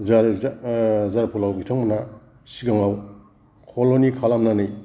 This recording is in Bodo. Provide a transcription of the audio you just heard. जा जा फलआव बिथांमोना सिगाङाव कल'नि खालामनानै